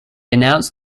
announced